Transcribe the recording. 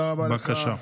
בבקשה.